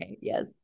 Yes